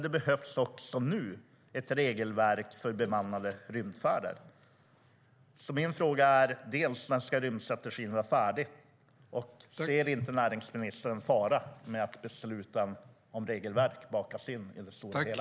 Det behövs också redan nu ett regelverk för bemannade rymdfärder. Jag undrar därför dels när rymdstrategin ska vara färdig, dels om näringsministern inte ser faran i att besluten om regelverk bakas in i det stora hela.